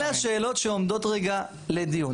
אלה השאלות שעומדות רגע לדיון.